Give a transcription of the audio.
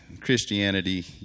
Christianity